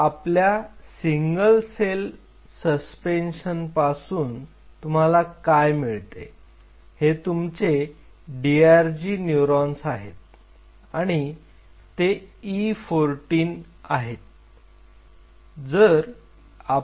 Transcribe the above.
तर आपल्या single cell सस्पेन्शनपासून तुम्हाला काय मिळते हे तुमचे DRG न्यूरॉन्स आहेत आणि ते E14 आहेत